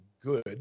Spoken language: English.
good